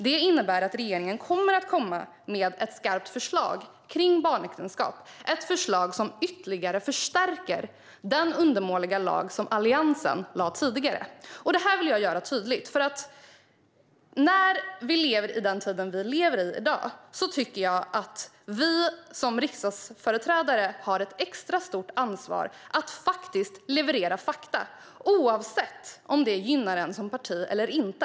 Det innebär att regeringen kommer att komma med ett skarpt förslag i fråga om barnäktenskap - ett förslag som förstärker den undermåliga lag som Alliansen tidigare lade fram. Detta vill jag göra tydligt. När vi lever i den tid som vi i dag lever i tycker jag att vi som riksdagsföreträdare har ett extra stort ansvar att leverera fakta, oavsett om det gynnar ens parti eller inte.